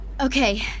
Okay